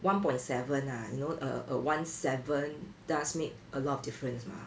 one point seven ah you know a a one seven does make a lot of difference mah